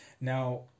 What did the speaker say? now